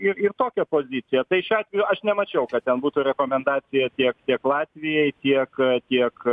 ir ir tokią poziciją tai šiuo atveju aš nemačiau kad ten būtų rekomendacija tiek tiek latvijai tiek tiek